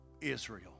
Israel